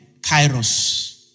kairos